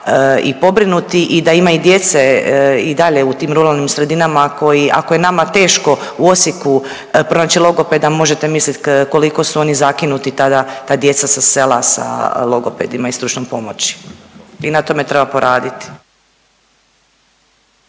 i pobrinuti i da ima i djece i dalje u tim ruralnim sredinama, a koji, ako je nama teško u Osijeku pronaći logopeda možete mislit koliko su oni zakinuti tada ta djeca sa sela, sa logopedima i stručnom pomoći i na tome treba poraditi.